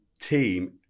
team